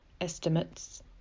estimates